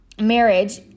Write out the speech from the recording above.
marriage